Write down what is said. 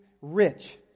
rich